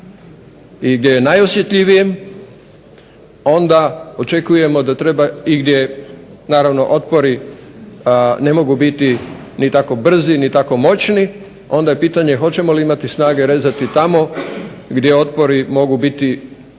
i gdje je najosjetljivije onda očekujemo da treba i gdje naravno otpori ne mogu biti ni tako brzi ni tako moćni, onda je pitanje hoćemo li imati snage rezati tamo gdje otpori mogu biti